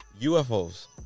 UFOs